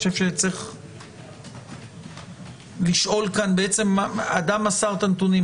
אני חושב שצריך לשאול: אדם מסר את הנתונים,